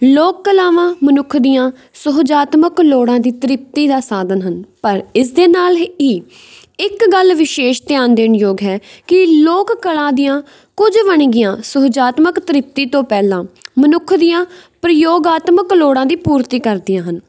ਲੋਕ ਕਲਾਵਾਂ ਮਨੁੱਖ ਦੀਆਂ ਸੁਹਜਾਤਮਕ ਲੋੜਾਂ ਦੀ ਤ੍ਰਿਪਤੀ ਦਾ ਸਾਧਨ ਹਨ ਪਰ ਇਸ ਦੇ ਨਾਲ ਹੀ ਇੱਕ ਗੱਲ ਵਿਸ਼ੇਸ਼ ਧਿਆਨ ਦੇਣ ਯੋਗ ਹੈ ਕਿ ਲੋਕ ਕਲਾ ਦੀਆਂ ਕੁਝ ਵਣਗੀਆਂ ਸੁਹਜਾਤਮਕ ਤ੍ਰਿਪਤੀ ਤੋਂ ਪਹਿਲਾਂ ਮਨੁੱਖ ਦੀਆਂ ਪ੍ਰਯੋਗ ਆਤਮਕ ਲੋੜਾਂ ਦੀ ਪੂਰਤੀ ਕਰਦੀਆਂ ਹਨ